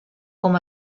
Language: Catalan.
com